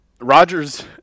Rodgers –